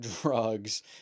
drugs